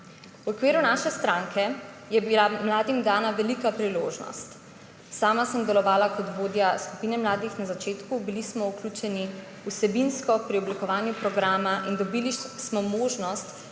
V okviru naše stranke je bila mladim dana velika priložnost. Sama sem delovala kot vodja skupine mladih na začetku, bili smo vključeni, vsebinsko, pri oblikovanju programa in dobili smo možnost